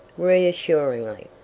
reassuringly.